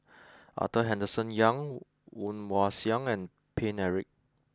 Arthur Henderson Young Woon Wah Siang and Paine Eric